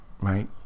right